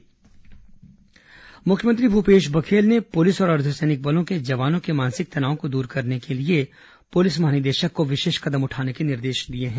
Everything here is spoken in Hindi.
मुख्यमंत्री पुलिस तनाव मुख्यमंत्री भूपेश बघेल ने पुलिस और अर्द्दसैनिक बलों के जवानों के मानसिक तनाव को दूर करने के लिए पुलिस महानिदेशक को विशेष कदम उठाने के निर्देश दिए हैं